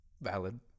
Valid